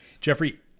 Jeffrey